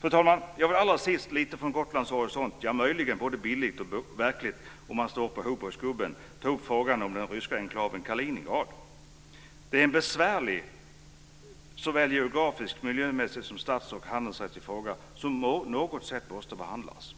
Fru talman! Jag vill allra sist från Gotlands horisont - möjligen både bildligt och bokstavligt, om man står på Hoburgsgubben - ta upp frågan om den ryska enklaven Kaliningrad. Det är en besvärlig och såväl geografisk och miljömässig som stats och handelsrättslig fråga som på något sätt måste behandlas.